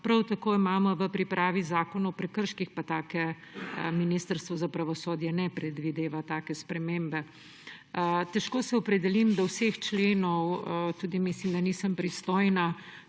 Prav tako imamo v pripravi Zakon o prekrških, pa Ministrstvo za pravosodje ne predvideva take spremembe. Težko se opredelim do vseh členov, tudi mislim, da nisem pristojna